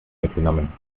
mitgenommen